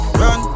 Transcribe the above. run